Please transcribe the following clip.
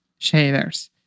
shaders